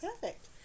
Perfect